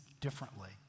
differently